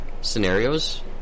scenarios